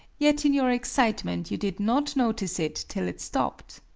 yet in your excitement you did not notice it till it stopped!